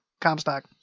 Comstock